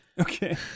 Okay